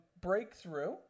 Breakthrough